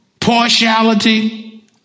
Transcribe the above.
partiality